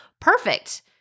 perfect